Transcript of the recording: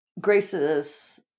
Grace's